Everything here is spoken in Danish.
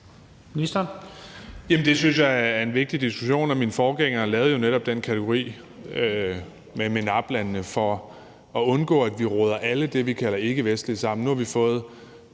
Det synes jeg er en vigtig diskussion, og mine forgængere lavede netop den kategori med MENAPT-landene for at undgå, at vi roder alle det, vi kalder ikkevestligt, sammen.